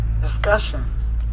discussions